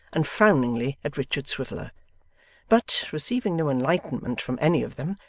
and frowningly at richard swiveller but, receiving no enlightenment from any of them,